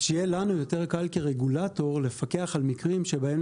שיהיה לנו יותר קל כרגולטור לפקח על מקרים שבהם,